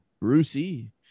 Brucey